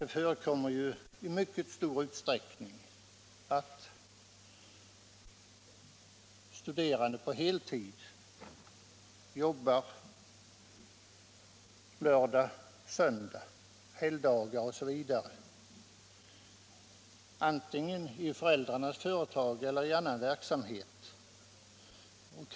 Det förekommer i mycket stor utsträckning att ungdomar som studerar på heltid förvärvsarbetar lördagar och söndagar, helgdagar osv. — antingen i föräldrarnas företag eller i annan verksamhet.